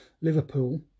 Liverpool